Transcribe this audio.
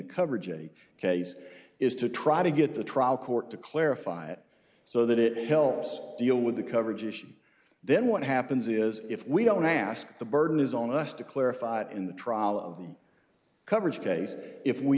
coverage a case is to try to get the trial court to clarify it so that it helps deal with the coverage issue then what happens is if we don't ask the burden is on us to clarify it in the trial of the coverage case if we